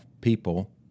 people